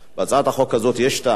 ובהצעת החוק הזאת יש טעם.